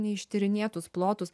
neištyrinėtus plotus